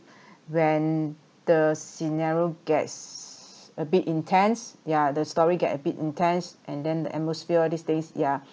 when the scenario gets a bit intense yeah the story get a bit intense and then the atmosphere these things yeah